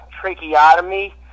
tracheotomy